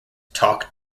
talk